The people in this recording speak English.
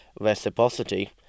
reciprocity